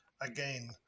again